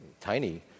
tiny